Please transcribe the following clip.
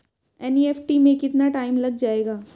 NEFT में कितना time लग जाएगा?